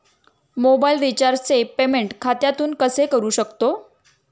Mobile रिचार्जचे payment खात्यातून कसे करू शकतो?